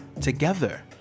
Together